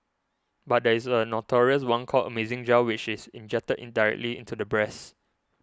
but there is a notorious one called Amazing Gel which is injected directly into the breasts